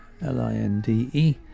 L-I-N-D-E